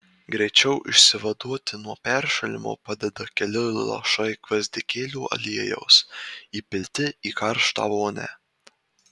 greičiau išsivaduoti nuo peršalimo padeda keli lašai gvazdikėlių aliejaus įpilti į karštą vonią